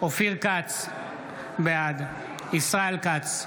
אופיר כץ, בעד ישראל כץ,